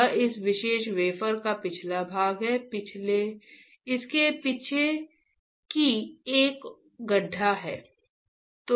यह इस विशेष वेफर का पिछला भाग है इसके पीछे की ओर एक गड्ढा है